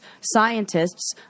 Scientists